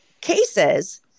cases